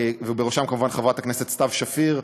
ובראשן כמובן חברת הכנסת סתיו שפיר.